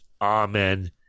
Amen